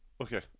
Okay